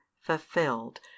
fulfilled